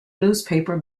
newspaper